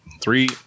three